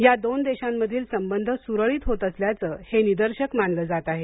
या दोन देशांमधील संबंध सुरळीत होत असल्याचं हे निदर्शक मानलं जात आहे